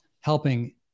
helping